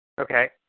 Okay